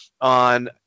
on